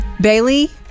Bailey